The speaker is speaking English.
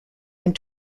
and